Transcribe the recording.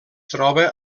troba